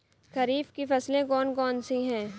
खरीफ की फसलें कौन कौन सी हैं?